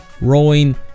rowing